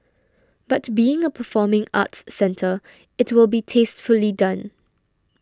but being a performing arts centre it will be tastefully done